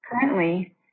Currently